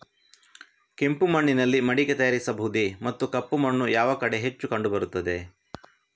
ಕೆಂಪು ಮಣ್ಣಿನಲ್ಲಿ ಮಡಿಕೆ ತಯಾರಿಸಬಹುದೇ ಮತ್ತು ಕಪ್ಪು ಮಣ್ಣು ಯಾವ ಕಡೆ ಹೆಚ್ಚು ಕಂಡುಬರುತ್ತದೆ?